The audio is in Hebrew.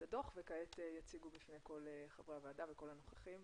הדו"ח וכעת יציגו בפני כל חברי הוועדה וכל הנוכחים.